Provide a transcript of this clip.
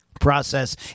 process